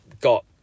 got